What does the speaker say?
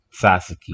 Sasuke